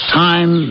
time